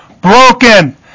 broken